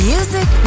Music